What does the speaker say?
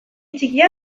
txikian